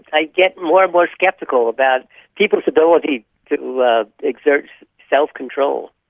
i get more and more sceptical about people's ability to exert self-control.